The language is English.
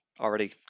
already